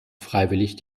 freiwillig